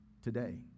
today